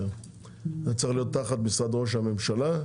זה צריך להיות תחת משרד ראש הממשלה,